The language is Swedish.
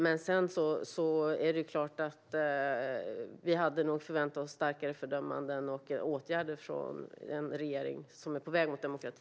Men nog hade vi förväntat oss starkare fördömanden och åtgärder från en regering som är på väg mot demokrati.